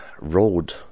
road